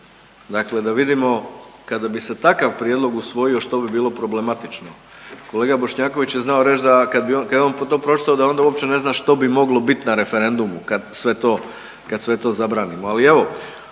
dakle da vidimo kada bi se takav prijedlog usvojio što bilo problematično. Kolega Bošnjaković je znao reći da kada je on to pročitao da onda uopće ne zna što bi moglo biti na referendumu kada sve to zabranimo. Ali evo